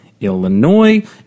Illinois